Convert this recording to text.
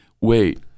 wait